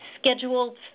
scheduled